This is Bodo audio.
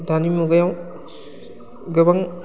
दानि मुगायाव गोबां